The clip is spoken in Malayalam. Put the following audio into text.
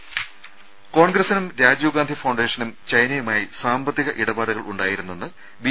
രുമ കോൺഗ്രസ്സിനും രാജീവ്ഗാന്ധി ഫൌണ്ടേഷനും ചൈനയുമായി സാമ്പത്തി ഇടപാടുകൾ ഉണ്ടായിരുന്നെന്ന് ബി